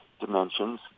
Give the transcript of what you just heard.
dimensions